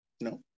No